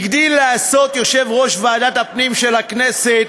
הגדיל לעשות יושב-ראש ועדת הפנים של הכנסת,